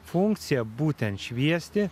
funkcija būtent šviesti